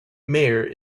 mayor